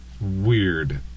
Weird